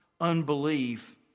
unbelief